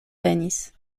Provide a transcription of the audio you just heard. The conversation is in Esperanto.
venis